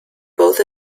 both